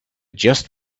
just